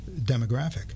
demographic